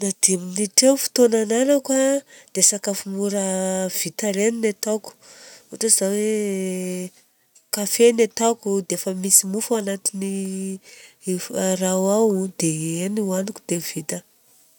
Na dimy minitra eo ny fotoana anagnana a dia sakafo mora vita ireny ny ataoko. Ohatra izao hoe café ny ataoko, dia efa misy mofo anatiny raha ao dia ireny ohaniko dia vita